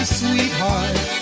sweetheart